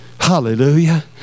Hallelujah